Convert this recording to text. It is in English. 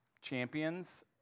champions